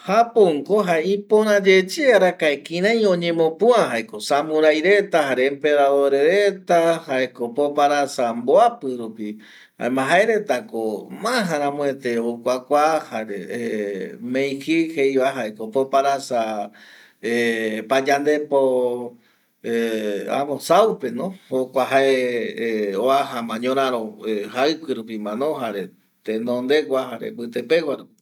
Japonko jae ipörayeye kirai jae oñemopua jaeko samurai reta jare emperadore reta jaeko poparasa mboapi rupi jaema jaeretako ma aramuete okuakua jare meiji jeiva jaeko poparasa payandepo äpo saupeno jokua jae oajama ñoraro jaekue rupimano jare tenondegua jare mbite pegua rupi